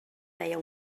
deia